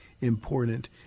important